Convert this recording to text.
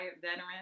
veteran